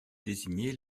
désigner